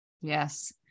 Yes